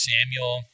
Samuel